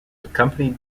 accompanied